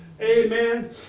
Amen